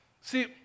See